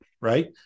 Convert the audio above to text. right